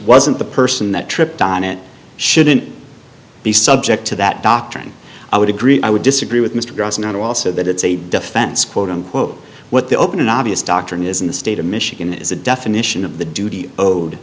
wasn't the person that tripped on it shouldn't be subject to that doctor and i would agree i would disagree with mr gross not also that it's a defense quote unquote what the open obvious doctrine is in the state of michigan is a definition of the duty owed